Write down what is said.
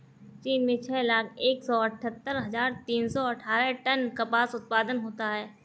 चीन में छह लाख एक सौ अठत्तर हजार तीन सौ अट्ठारह टन कपास उत्पादन होता है